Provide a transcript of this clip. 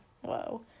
Whoa